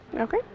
Okay